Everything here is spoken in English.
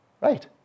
right